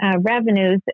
revenues